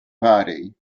party